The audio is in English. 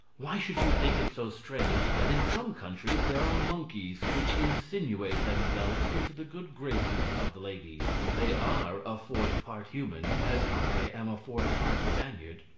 why should you think it so strange that in some countries there are monkeys which insinuate themselves into the good graces of the ladies they are a fourth part human, as i am a fourth part spaniard.